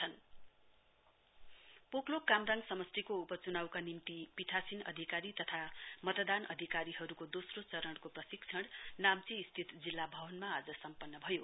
training of polling officer Poklok Kamrang समस्टिको उपचुनाउका निम्ति पीटासीन अधिकारी तथा मतदान अधिकारीहरुको दोस्रो चरणको प्रशिक्षण नाम्ची स्थित जिल्ला भवनमा आज सम्पन्न भयो